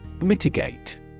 Mitigate